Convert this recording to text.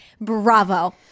Bravo